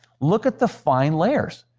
look at the fine layers!